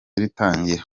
ritangira